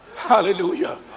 hallelujah